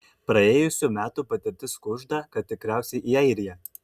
praėjusių metų patirtis kužda kad tikriausiai į airiją